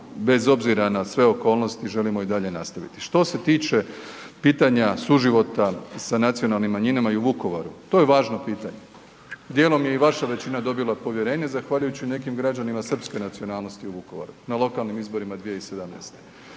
bez obzira na sve okolnosti, želimo i dalje nastaviti. Što se tiče pitanja suživota sa nacionalnim manjinama i u Vukovaru, to je važno pitanje. Djelom je i vaša većina dobila povjerenje zahvaljujući nekim građanima srpske nacionalnosti u Vukovaru na lokalnim izborima 2017.